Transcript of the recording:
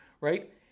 right